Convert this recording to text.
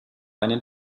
einen